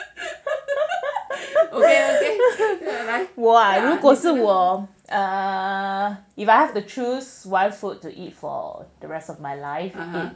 如果是我 if I have to choose why food to eat for the rest of my life